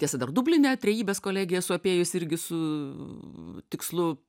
tiesa dar dubline trejybės kolegiją esu apėjus irgi su tikslu